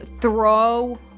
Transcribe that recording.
throw